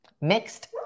mixed